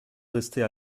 rester